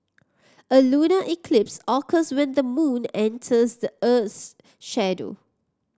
a lunar eclipse occurs when the moon enters the earth's shadow